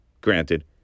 granted